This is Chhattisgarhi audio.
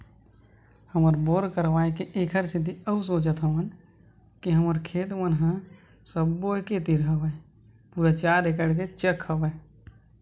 हमन बोर करवाय के ऐखर सेती अउ सोचत हवन के हमर खेत मन ह सब्बो एके तीर हवय पूरा चार एकड़ के चक हवय